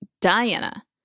Diana